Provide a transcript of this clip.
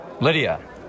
Lydia